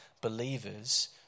believers